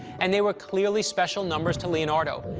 and they were clearly special numbers to leonardo.